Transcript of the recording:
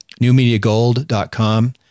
NewMediaGold.com